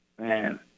Man